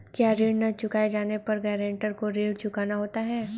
क्या ऋण न चुकाए जाने पर गरेंटर को ऋण चुकाना होता है?